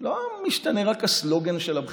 לא משתנה רק הסלוגן שלהם של הבחירות,